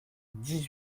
dix